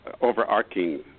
overarching